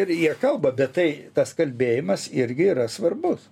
ir jie kalba bet tai tas kalbėjimas irgi yra svarbus